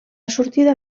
sortida